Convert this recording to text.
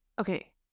okay